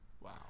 wow